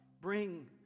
bring